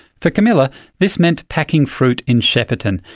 for camilla this meant packing fruit in shepparton,